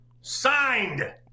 signed